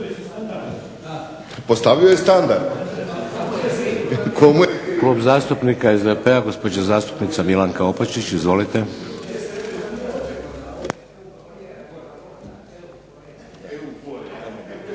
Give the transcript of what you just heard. Postavio je standard.